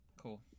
Cool